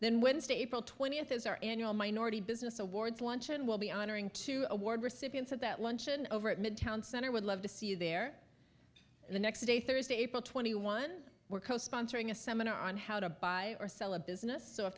then wednesday april twentieth is our annual minority business awards luncheon will be honoring two award recipients at that luncheon over at midtown center would love to see you there the next day thursday april twenty one we're co sponsoring a seminar on how to buy or sell a business so if